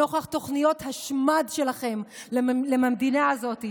נוכח תוכניות השמד שלכם למדינה הזו,